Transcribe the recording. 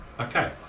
Okay